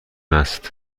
است